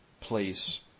place